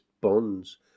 bonds